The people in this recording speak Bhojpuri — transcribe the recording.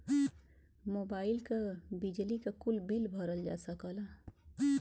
मोबाइल क, बिजली क, कुल बिल भरल जा सकला